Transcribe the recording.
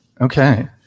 Okay